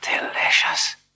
delicious